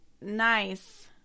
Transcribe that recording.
nice